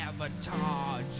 Avatar